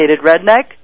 redneck